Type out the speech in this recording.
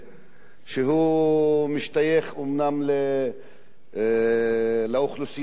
שמשתייך אומנם לאוכלוסייה החרדית,